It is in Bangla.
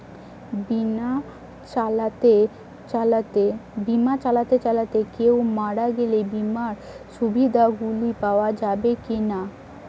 বিমা চালাতে চালাতে কেও মারা গেলে বিমার সুবিধা গুলি পাওয়া যাবে কি না?